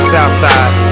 Southside